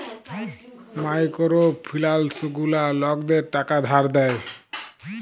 micro ফিলালস গুলা লকদের টাকা ধার দেয়